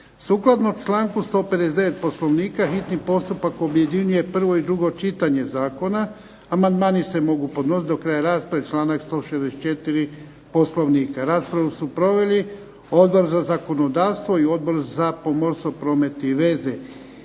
Sukladno članku 159. Poslovnika hitni postupak objedinjuje prvo i drugo čitanje zakona. Amandmani se mogu podnositi do kraja rasprave, članak 164. Poslovnika. Raspravu su proveli Odbor za zakonodavstvo i Odbor za pomorstvo, promet i veze.